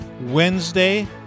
Wednesday